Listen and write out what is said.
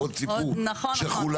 ועוד סיפור שחולק.